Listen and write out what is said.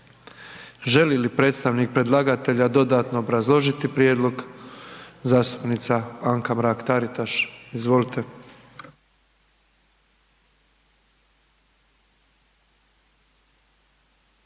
Želi li predstavnik predlagatelja dodatno obrazložiti prijedlog? Zastupnica Anka Mrak-Taritaš, izvolite.